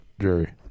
Jerry